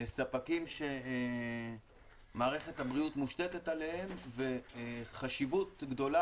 ספקים שמערכת הבריאות מושתתת עליהם וחשיבות גדולה